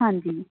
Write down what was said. ਹਾਂਜੀ